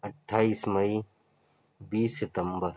اٹھائیس مئی بیس ستمبر